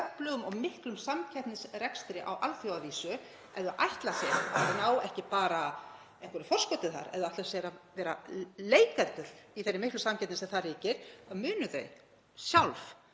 og miklum samkeppnisrekstri á alþjóðavísu, ef þau ætla sér að ná ekki bara einhverju forskoti þar, ef þau ætla sér að vera leikendur í þeirri miklu samkeppni sem þar ríkir, þá munu þau sjálf